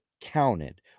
counted